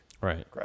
Right